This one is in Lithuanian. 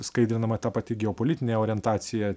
skaidrinama ta pati geopolitinė orientacija